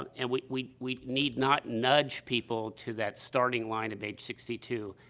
um and we we we need not nudge people to that starting line at age sixty two,